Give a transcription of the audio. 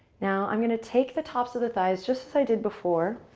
now i'm going to take the tops of the thighs just as i did before